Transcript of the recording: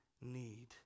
need